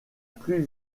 plus